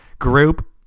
group